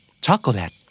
chocolate